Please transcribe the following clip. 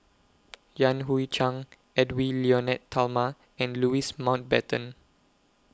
Yan Hui Chang Edwy Lyonet Talma and Louis Mountbatten